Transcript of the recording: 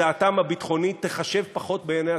דעתם הביטחונית תיחשב פחות בעיני הציבור.